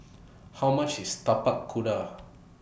How much IS Tapak Kuda